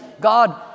God